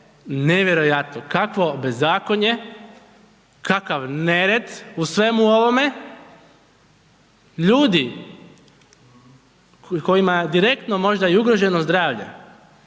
nevjerojatno kakvo bezakonje, kakav nered u svemu ovome. Ljudi kojima direktno je možda i ugroženo zdravlje,